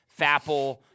Fapple